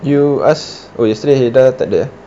you ask oo yesterday haidar takde eh